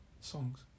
songs